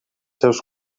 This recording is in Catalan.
seus